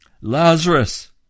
Lazarus